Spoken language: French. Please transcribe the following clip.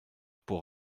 pour